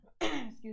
Excuse